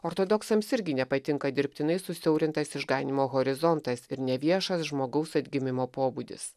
ortodoksams irgi nepatinka dirbtinai susiaurintas išganymo horizontas ir neviešas žmogaus atgimimo pobūdis